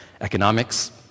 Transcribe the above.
economics